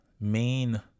main